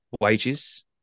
wages